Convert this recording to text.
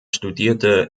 studierte